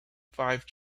five